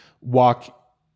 walk